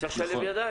צריך לשלב ידיים.